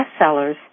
bestsellers